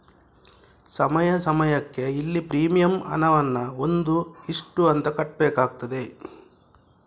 ಸಮಯ ಸಮಯಕ್ಕೆ ಇಲ್ಲಿ ಪ್ರೀಮಿಯಂ ಹಣವನ್ನ ಒಂದು ಇಷ್ಟು ಅಂತ ಕಟ್ಬೇಕಾಗ್ತದೆ